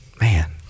Man